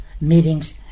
meetings